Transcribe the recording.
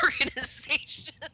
organization